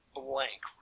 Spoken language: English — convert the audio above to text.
blank